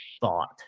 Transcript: thought